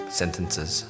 sentences